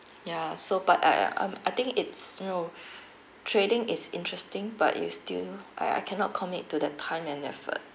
ya so but I uh um I think it's you know trading is interesting but you still I I cannot commit to the time and effort